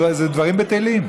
זה דברים בטלים.